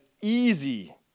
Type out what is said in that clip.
easy